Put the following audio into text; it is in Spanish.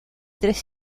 tres